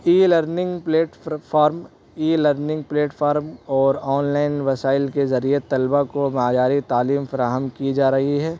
ای learning platform e learning platform اور online وسائل کے ذریعے طلبہ کو معیاری تعلیم فراہم کی جا رہی ہے